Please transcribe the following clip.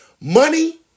Money